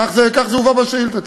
כך זה הובא בשאילתה.